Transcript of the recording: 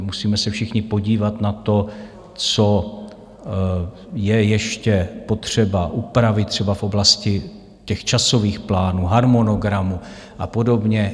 Musíme se všichni podívat na to, co je ještě potřeba upravit, třeba v oblasti časových plánů, harmonogramu a podobně.